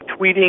Tweeting